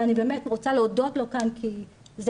ואני באמת רוצה להודות לו כאן כי זה